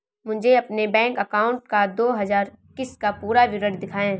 मुझे अपने bank account का दो हज़ार इक्कीस का पूरा विवरण दिखाएँ?